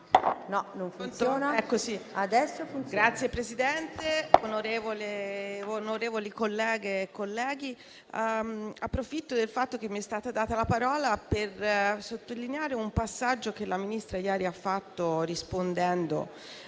Signor Presidente, onorevoli colleghe e colleghi, approfitto del fatto che mi è stata data la parola per sottolineare un passaggio che la Ministra ieri ha fatto rispondendo